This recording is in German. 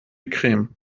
creme